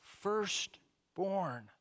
firstborn